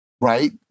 Right